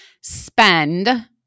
spend